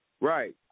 Right